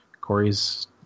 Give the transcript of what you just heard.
Corey's